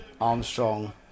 Armstrong